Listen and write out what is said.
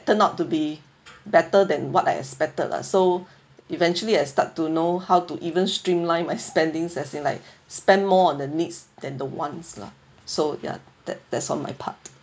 turn out to be better than what I expected lah so eventually I start to know how to even streamline my spending as in like spend more on the needs than the wants lah so ya that that's on my part